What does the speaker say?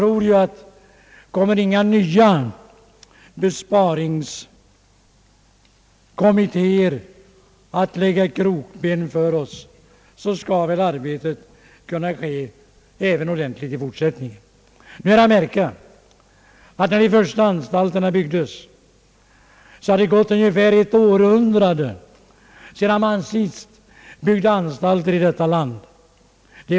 Om inga nya besparingskommittéer lägger krokben för oss, tror vi att det arbetet skall kunna bedrivas ordentligt även i fortsättningen. Nu är det att märka att när de första anstalterna byggdes hade ungefär ett århundrade gått sedan man sist byggde fångvårdsanstalter i detta land.